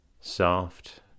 Soft